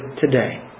today